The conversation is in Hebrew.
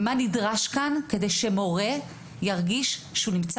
מה נדרש כאן כדי שמורה ירגיש שהוא נמצא